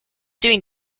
doing